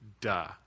Duh